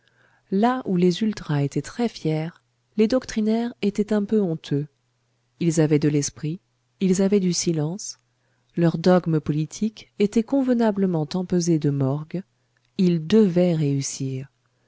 là où les ultras étaient très fiers les doctrinaires étaient un peu honteux ils avaient de l'esprit ils avaient du silence leur dogme politique était convenablement empesé de morgue ils devaient réussir